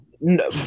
No